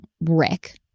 Rick